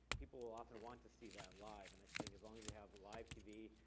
people will often want to see that live, and i think as long as you have live tv,